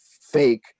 fake